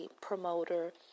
promoter